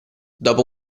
dopo